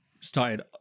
started